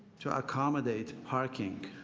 to accommodate parking.